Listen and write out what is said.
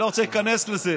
אני לא רוצה להיכנס לזה.